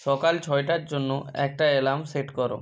সকাল ছয়টার জন্য একটা অ্যালার্ম সেট করো